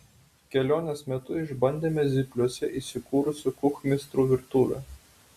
kelionės metu išbandėme zypliuose įsikūrusių kuchmistrų virtuvę